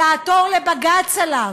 לעתור לבג"ץ עליו.